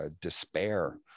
despair